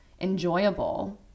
enjoyable